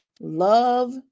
love